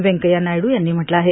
व्येंकथ्या नायडू यांनी म्हटलं आहे